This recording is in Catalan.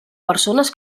persones